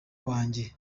wanjye